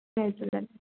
Jay Jhulelal